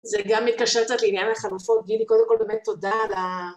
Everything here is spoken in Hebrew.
זה גם מתקשר קצת לעניין החלפות. גילי, קודם כל באמת תודה על ה...